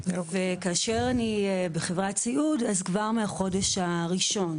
וכאשר אני בחברת סיעוד אז כבר מהחודש הראשון.